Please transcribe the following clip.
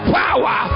power